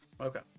okay